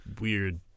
weird